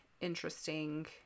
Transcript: interesting